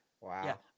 Wow